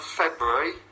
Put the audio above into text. february